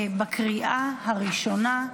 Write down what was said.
בקריאה הראשונה.